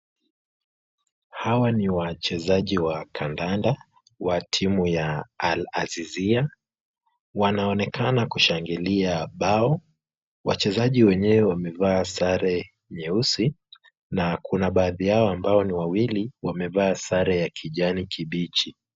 Hawa ni wachezaji wa kandakanda wa timu ya Al-ziza, wanaonekana wakishangilia bao. Wachezaji wenyewe wamevaa sare ya nyeusi na kuna baadhi yao ambao ni wawili wamevaa sare ya kijani kibichi.